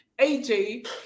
AJ